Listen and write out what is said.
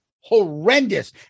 horrendous